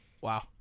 Wow